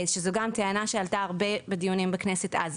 גם זו טענה שעלתה הרבה בדיונים בכנסת אז.